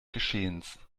geschehens